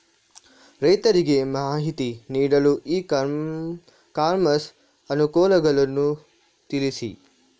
ರೈತರಿಗೆ ಮಾಹಿತಿ ನೀಡಲು ಇ ಕಾಮರ್ಸ್ ಅನುಕೂಲಗಳನ್ನು ತಿಳಿಸಿ?